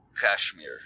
Kashmir